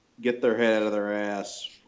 get-their-head-out-of-their-ass